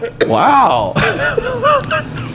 Wow